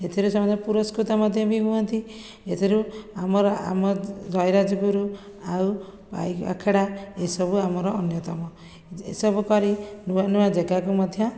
ସେଥିରେ ସମସ୍ତେ ପୁରସ୍କୃତ ମଧ୍ୟ ବି ହୁଅନ୍ତି ଏଥିରୁ ଆମର ଆମ ଜୟିରାଜଗୁରୁ ଆଉ ପାଇକ ଆଖଡ଼ା ଏସବୁ ଆମର ଅନ୍ୟତମ ଏସବୁ କରି ନୂଆ ନୂଆ ଜାଗାକୁ ମଧ୍ୟ